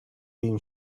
green